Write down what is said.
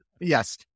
Yes